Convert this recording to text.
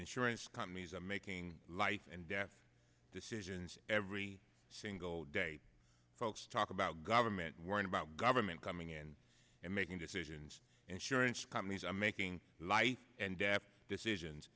insurance companies are making life and death decisions every single day folks talk about government worrying about government coming in and making decisions insurance companies are making life and death decisions